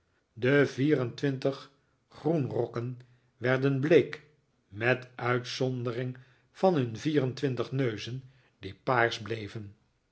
de vier en twintig groenrokken werden bleek met uitzondering van hun vier en twintig neuzen die paars bleven